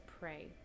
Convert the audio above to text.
pray